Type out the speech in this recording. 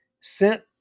sent